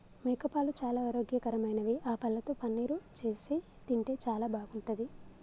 మేకపాలు చాలా ఆరోగ్యకరమైనవి ఆ పాలతో పన్నీరు చేసి తింటే చాలా బాగుంటది